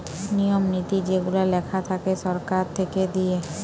নিয়ম নীতি যেগুলা লেখা থাকে সরকার থেকে দিয়ে